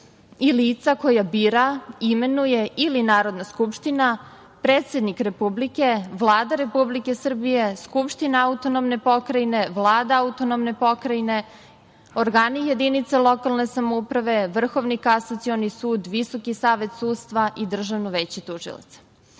i lica koja bira, imenuje ili Narodna skupština, predsednik Republike, Vlada Republike Srbije, Skupština autonomne pokrajine, Vlada autonomne pokrajine, organi jedinice lokalne samouprave, Vrhovni kasacioni sud, Visoki savet sudstva i Državno veće tužilaca. Ovakvim